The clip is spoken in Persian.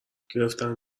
گرفتن